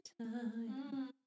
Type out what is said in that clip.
time